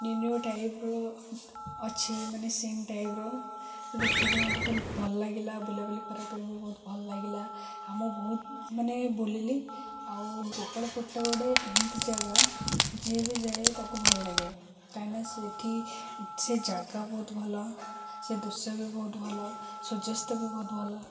new new ଟାଇପ୍ର ଅଛି ମାନେ ସେମ୍ ଟାଇପ୍ର ଦେଖିବା ପାଇଁ ମତେ ବହୁତ ଭଲ ଲାଗିଲା ବୁଲାବୁଲି କରିବା ପାଇଁ ବି ବହୁତ ଭଲ ଲାଗିଲା ମୁଁ ବହୁତ ମାନେ ବୁଲିଲି ଆଉ ଗୋପଳପୁରଟା ଗୋଟେ ଏମିତି ଜାଗା ଯିଏ ବି ଯାଏ ତାକୁ ଭଲ ଲାଗେ କାହିଁକିନା ସେଇଠି ସେ ଜାଗା ବହୁତ ଭଲ ସେ ଦୃଶ୍ୟ ବି ବହୁତ ଭଲ ସୂର୍ଯ୍ୟାସ୍ତ ବି ବହୁତ ଭଲ